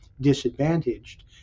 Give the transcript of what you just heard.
disadvantaged